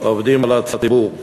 עובדים על הציבור.